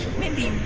mindy,